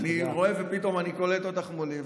אני רואה ופתאום אני קולט אותך מולי,